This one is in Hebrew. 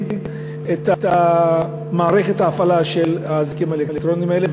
את מערכת ההפעלה של האזיקים האלקטרוניים האלה.